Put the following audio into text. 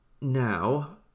now